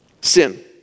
sin